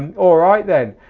all right then,